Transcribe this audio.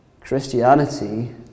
Christianity